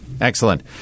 Excellent